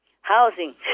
Housing